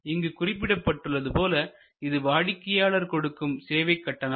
இங்கு குறிப்பிடப்பட்டுள்ளது போல இது வாடிக்கையாளர் கொடுக்கும் சேவை கட்டணம்